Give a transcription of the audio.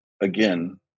again